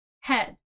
head